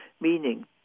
meaning